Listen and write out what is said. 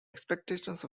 expectations